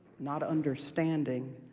not understanding,